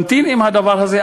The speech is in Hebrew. תמתין עם הדבר הזה,